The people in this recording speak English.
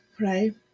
right